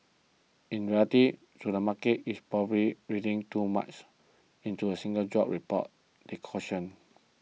in reality though the market is probably reading too much into a single jobs report they cautioned